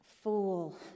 Fool